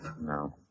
No